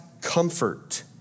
comfort